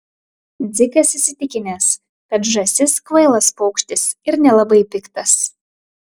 dzikas įsitikinęs kad žąsis kvailas paukštis ir nelabai piktas